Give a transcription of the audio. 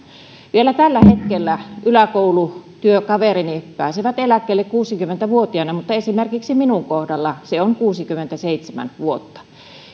vielä tällä hetkellä yläkoulutyökaverini pääsevät eläkkeelle kuusikymmentä vuotiaina mutta esimerkiksi minun kohdallani ikä on kuusikymmentäseitsemän vuotta